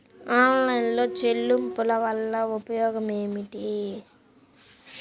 Online చెల్లింపుల వల్ల ఉపయోగమేమిటీ?